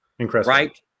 Right